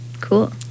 Cool